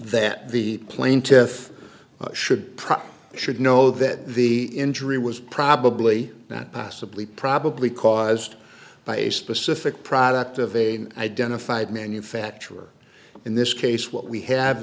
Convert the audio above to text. that the plaintiffs should probably should know that the injury was probably not possibly probably caused by a specific product of a identified manufacturer in this case what we have